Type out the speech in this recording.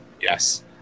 Yes